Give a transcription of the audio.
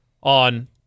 on